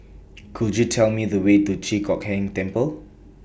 Could YOU Tell Me The Way to Chi Hock Keng Temple